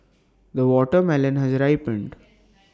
the watermelon has ripened